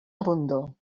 abundor